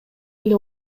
эле